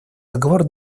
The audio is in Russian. договор